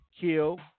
Kill